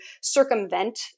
circumvent